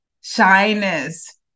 shyness